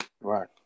Right